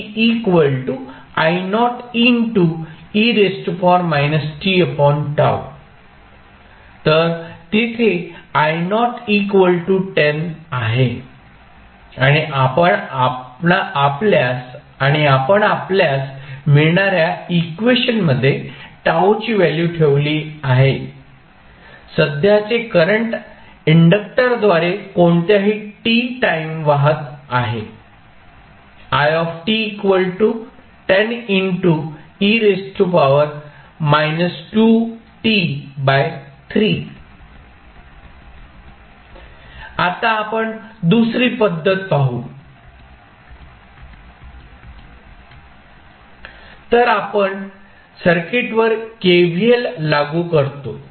तर तिथे आहे आणि आपण आपल्यास मिळणाऱ्या इक्वेशन मध्ये T ची व्हॅल्यू ठेवली आहे सध्याचे करंट इंडक्टरद्वारे कोणत्याही t टाईम वाहत आहे आता आपण दुसरी पद्धत पाहू तर आपण सर्किटवर KVL लागू करतो